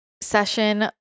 session